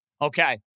Okay